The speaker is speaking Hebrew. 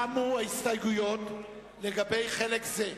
תמו ההסתייגויות בחלק זה.